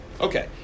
Okay